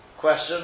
question